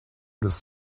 does